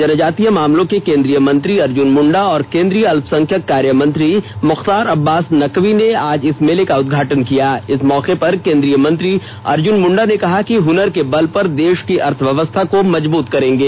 जनजातीय मामलों के केन्द्रीय मंत्री अर्जुन मुंडा और केन्द्रीय अल्पसंख्यक कार्य मंत्री मुख्तार अब्बास नकवी ने आज इस मेले का उदघाटन किय इस मौके पर केन्द्रीय मंत्री अर्जुन मुंडा ने कहा कि हनर के बल पर देष की अर्थव्यवस्था को मजबूत करेंगे